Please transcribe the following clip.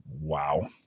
Wow